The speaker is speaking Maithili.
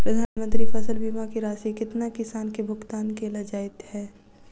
प्रधानमंत्री फसल बीमा की राशि केतना किसान केँ भुगतान केल जाइत है?